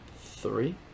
three